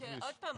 שוב,